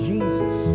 Jesus